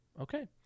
Okay